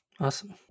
Awesome